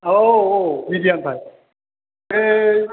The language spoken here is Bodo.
औ औ मिडियानिफ्राय बे